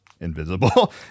invisible